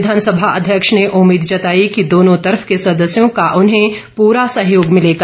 विधानसभा अध्यक्ष ने उम्मीद जताई कि दोनों तरफ के सदस्यों का उन्हें पूरा सहयोग मिलेगा